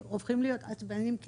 הופכים להיות עצבניים אחד על השני,